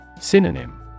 Synonym